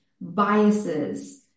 biases